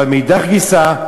אבל מאידך גיסא,